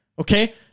Okay